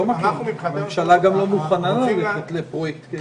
הממשלה גם לא מוכנה ללכת לפרויקט כזה.